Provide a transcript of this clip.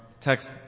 text